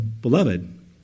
Beloved